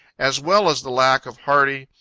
as well as the lack of hearty,